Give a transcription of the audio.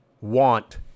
want